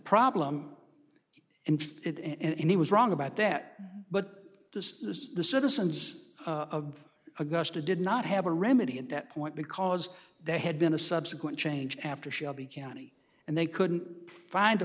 problem and it and he was wrong about that but this is the citizens of augusta did not have a remedy at that point because there had been a subsequent change after shelby county and they couldn't find a